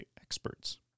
experts